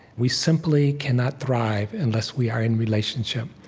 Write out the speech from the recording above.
we simply cannot thrive unless we are in relationship.